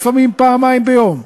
לפעמים פעמיים ביום,